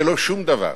זה לא שום דבר.